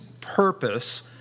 purpose